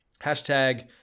hashtag